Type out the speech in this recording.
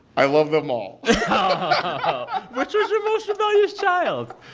i love them all oh. which was your most rebellious child?